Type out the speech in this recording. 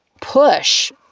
push